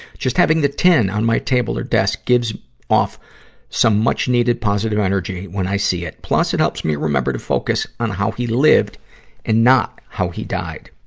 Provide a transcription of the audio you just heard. just having the tin on my table or desk gives off some much-needed position energy when i see it. plus, it helps me remember to focus on how he lived and not how he died.